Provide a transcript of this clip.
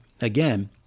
again